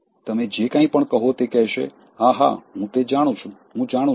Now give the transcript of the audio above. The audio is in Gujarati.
તમે જે કાંઈ પણ કહો તે કહેશે હા હા હું તે જાણું છું હું જાણું છું